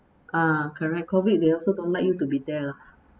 ah correct COVID they also don't let you to be there lah